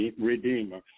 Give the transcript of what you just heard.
redeemer